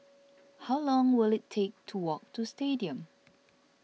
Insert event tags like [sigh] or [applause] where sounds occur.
[noise] how long will it take to walk to Stadium